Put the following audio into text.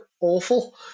awful